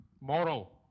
moral